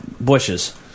Bushes